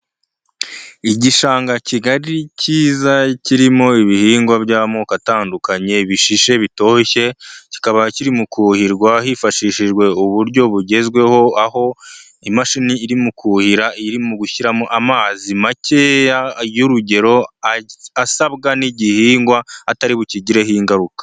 Igishanga kigari cyiza kirimo ibihingwa by'amoko atandukanye bishishe, bitoshye, kikaba kiri mu kuhirwa hifashishijwe uburyo bugezweho, aho imashini iri mu kuhira irimo gushyiramo amazi makeya y'urugero asabwa n'igihingwa atari bukigireho ingaruka.